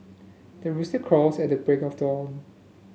the rooster crows at the break of dawn